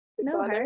No